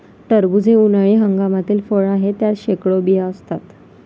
टरबूज हे उन्हाळी हंगामातील फळ आहे, त्यात शेकडो बिया असतात